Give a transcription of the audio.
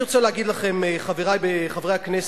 אני רוצה להגיד לכם, חברי חברי הכנסת,